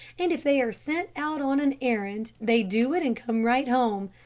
and if they are sent out on an errand, they do it and come right home.